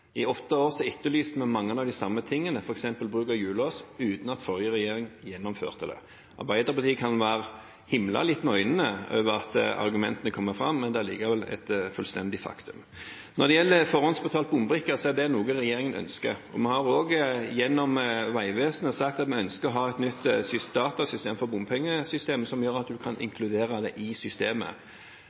I åtte år etterlyste vi mange av de samme tingene, f.eks. bruk av hjullås, uten at forrige regjering gjennomførte det. Arbeiderpartiet kan himle litt med øynene over at argumentene kommer fram, men det er likevel et fullstendig faktum. Når det gjelder forhåndsbetalt bombrikke, er det noe regjeringen ønsker, og vi har også, gjennom Vegvesenet, sagt at vi ønsker å ha et nytt datasystem for bompengesystemet som gjør at en kan inkludere det i systemet.